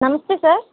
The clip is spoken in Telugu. నమస్తే సార్